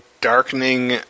darkening